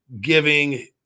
giving